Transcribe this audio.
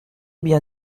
bien